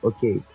Okay